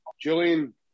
Julian